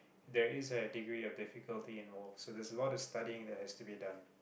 there is a degree of in difficulty involve so there's a lot of studying that has to be done